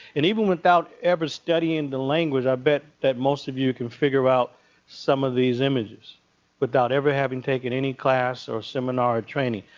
and even without ever studying the language, i bet that most of you can figure out some of these images without ever having taken any class or seminar or training.